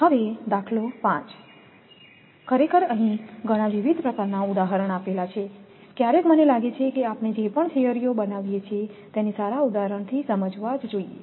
હવેદાખલો 5ખરેખર અહીં ઘણાં વિવિધ પ્રકારનાં ઉદાહરણ આપેલા છે ક્યારેક મને લાગે છે કે આપણે જે પણ થિયરીઓ બનાવીએ છીએ તેને સારા ઉદાહરણથી સમજવા જોઈએ